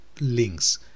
links